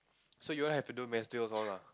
so you all have to do mass drills all lah